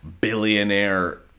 billionaire